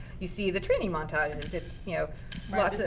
you see the training montages. it's you know lots ah